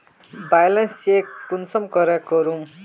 Balance check कुंसम करे करूम?